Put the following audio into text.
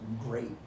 great